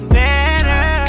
better